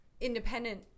independent